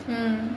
um